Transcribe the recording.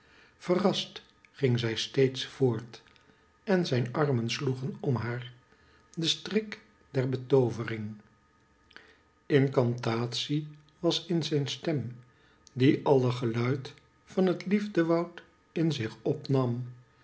verrast ging zij steeds voort en zijn armen sloegen om haar den strik der betoovering incantatie was in zijn stem die alle geluid van het liefdewoud in zich opnam